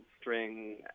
string